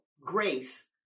grace